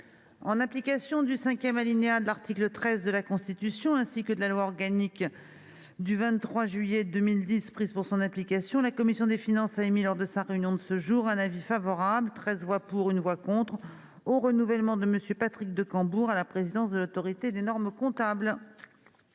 cinquième alinéa de l'article 13 de la Constitution, ainsi que de la loi organique n° 2010-837 et de la loi n° 2010-838 du 23 juillet 2010 prises pour son application, la commission des finances a émis, lors de sa réunion de ce jour, un avis favorable (13 voix pour, 1 voix contre) au renouvellement de M. Patrick de Cambourg à la présidence de l'Autorité des normes comptables.